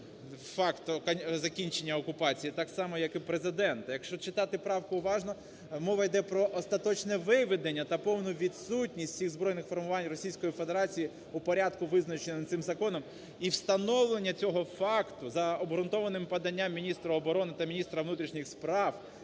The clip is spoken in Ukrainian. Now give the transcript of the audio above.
факт закінчення окупації. Так само, як і Президент. Якщо читати правку уважно, мова йде про остаточне виведення та повну відсутність всіх збройних формувань Російської Федерації у порядку, визначеному цим законом, і встановлення цього факту за обгрунтованим поданням міністра оборони та міністра внутрішніх справ